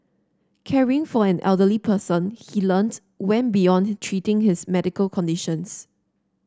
caring for an elderly person he learnt went beyond treating his medical conditions